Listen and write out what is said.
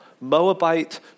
Moabite